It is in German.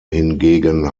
hingegen